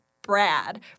Brad